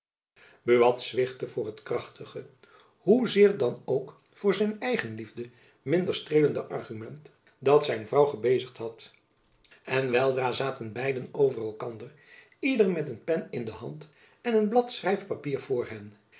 buat zwichtte voor het krachtige hoezeer dan ook voor zijn eigenliefde minder streelende argument dat zijn vrouw gebezigd had en weldra zaten beiden over elkander ieder met een pen in de hand en een blad schrijfpapier voor